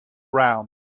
round